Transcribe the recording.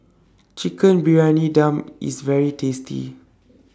Chicken Briyani Dum IS very tasty